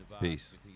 Peace